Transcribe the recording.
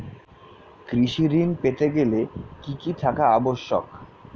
কৃষি ঋণ পেতে গেলে কি কি থাকা আবশ্যক?